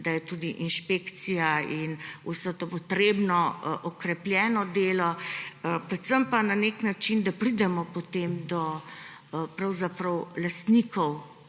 da je tudi inšpekcija in vse to potrebno okrepljeno delo, predvsem pa na nek način, da pridemo potem do lastnikov